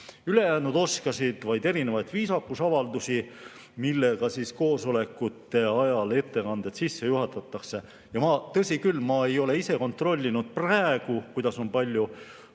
Ülejäänud oskasid vaid erinevaid viisakusavaldusi, millega koosolekute ajal ettekanded sisse juhatatakse. Tõsi küll, ma ei ole ise kontrollinud, kuidas praegu